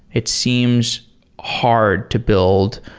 it seems hard to build